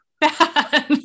bad